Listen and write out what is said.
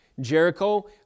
Jericho